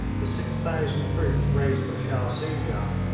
the six thousand troops raised for shah soojah,